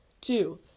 Two